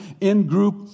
in-group